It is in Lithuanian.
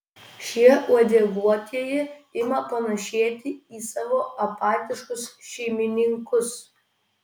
šie uodeguotieji ima panašėti į savo apatiškus šeimininkus